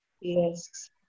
yes